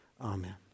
Amen